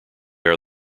are